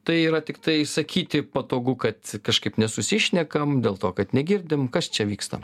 tai yra tiktai sakyti patogu kad kažkaip nesusišnekam dėl to kad negirdim kas čia vyksta